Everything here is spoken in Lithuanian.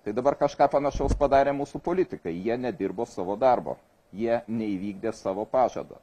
tai dabar kažką panašaus padarė mūsų politikai jie nedirbo savo darbo jie neįvykdė savo pažado